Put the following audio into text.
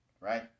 right